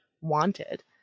wanted